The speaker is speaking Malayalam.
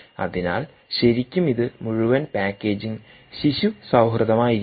അതിനാൽ ശരിക്കും മുഴുവൻ പാക്കേജിംഗ് ശിശു സൌഹൃദമായിരിക്കണം